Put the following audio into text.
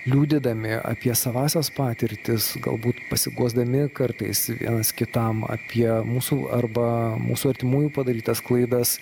liudydami apie savąsias patirtis galbūt pasiguosdami kartais vienas kitam apie mūsų arba mūsų artimųjų padarytas klaidas